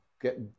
get